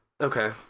okay